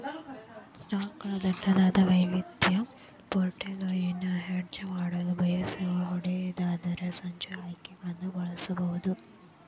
ಸ್ಟಾಕ್ಗಳ ದೊಡ್ಡದಾದ, ವೈವಿಧ್ಯಮಯ ಪೋರ್ಟ್ಫೋಲಿಯೊವನ್ನು ಹೆಡ್ಜ್ ಮಾಡಲು ಬಯಸುವ ಹೂಡಿಕೆದಾರರು ಸೂಚ್ಯಂಕ ಆಯ್ಕೆಗಳನ್ನು ಬಳಸಬಹುದು